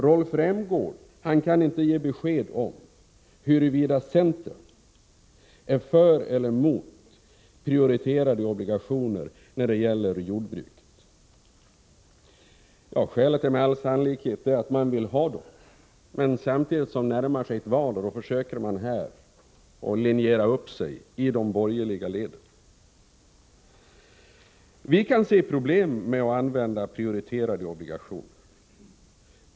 Rolf Rämgård kan inte ge besked om huruvida centern är för eller emot prioriterade obligationer när det gäller jordbruket. Skälet är med all sannolikhet att man vill ha dessa obligationer. Men samtidigt närmar sig ett val, och då försöker man att linjera upp sig i de borgerliga leden. Vi kan inse problemet med att använda prioriterade obligationer.